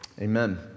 Amen